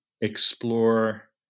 explore